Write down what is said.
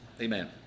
amen